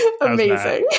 Amazing